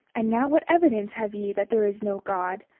and now what evidence have ye that there is no god,